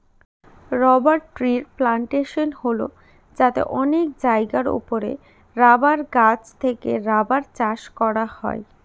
rubber ট্রির plantation হল যাতে অনেক জায়গার ওপরে রাবার গাছ থেকে রাবার চাষ করা হয়